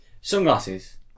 sunglasses